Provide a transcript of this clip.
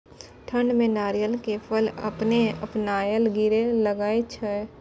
ठंड में नारियल के फल अपने अपनायल गिरे लगए छे?